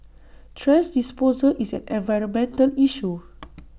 trash disposal is an environmental issue